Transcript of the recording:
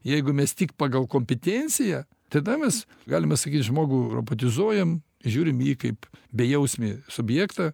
jeigu mes tik pagal kompetenciją tada mes galime sakyti žmogų robotizuojam žiūrim į jį kaip bejausmį subjektą